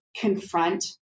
confront